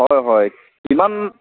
হয় হয় কিমান